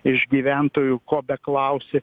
iš gyventojų ko beklausi